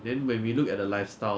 survive in the world because